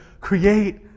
create